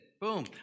boom